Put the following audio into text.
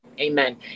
Amen